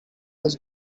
was